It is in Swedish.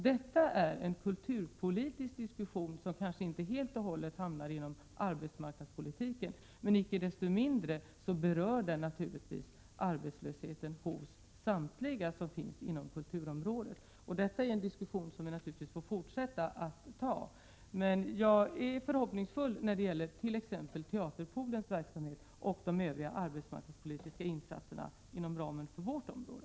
Detta är en kulturpolitisk diskussion som inte helt och hållet faller inom arbetsmarknadspolitikens ram. Icke desto mindre berör den naturligtvis arbetslösheten hos samtliga verksamma på kulturområdet. Detta är en diskussion som vi naturligtvis får fortsätta att föra. Jag är emellertid förhoppningsfull när det gäller t.ex. Teaterpoolens verksamhet och övriga arbetsmarknadspolitiska insatser inom ramen för vårt arbetsområde.